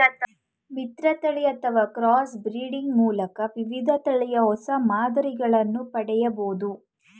ಮಿಶ್ರತಳಿ ಅಥವಾ cross breeding ಮೂಲಕ ವಿವಿಧ ತಳಿಯ ಹೊಸ ಮಾದರಿಗಳನ್ನು ಪಡೆಯಬೋದು